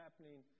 happening